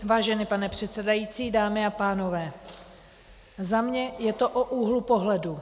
Vážený pane předsedající, dámy a pánové, za mě je to o úhlu pohledu.